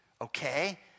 Okay